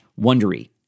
Wondery